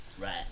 right